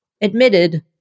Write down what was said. admitted